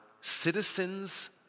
citizens